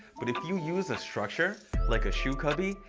but if you use a structure like a shoe cubby,